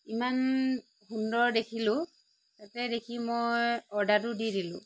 ইমান সুন্দৰ দেখিলোঁ তাতে দেখি মই অৰ্দাৰটো দি দিলোঁ